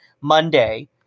Monday